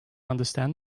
understand